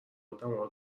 ادما